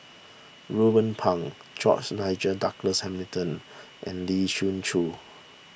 Ruben Pang George Nigel Douglas Hamilton and Lee Siew Choh